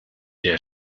der